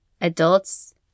Adults